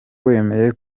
wemeye